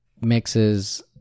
mixes